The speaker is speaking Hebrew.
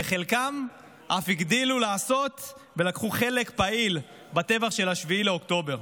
וחלקם אף הגדילו לעשות ולקחו חלק פעיל בטבח של 7 לאוקטובר.